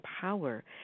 power